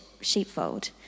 sheepfold